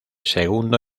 segundo